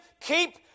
keep